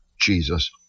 Jesus